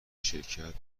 شرکت